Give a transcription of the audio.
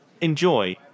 enjoy